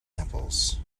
apples